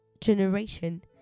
generation